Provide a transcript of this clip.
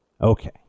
Okay